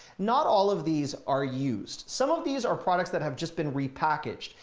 not all of these are used. some of these are products that have just been repackaged.